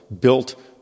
built